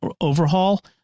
overhaul